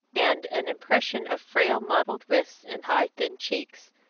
and an impression of frail mottled wrists and high thin cheeks,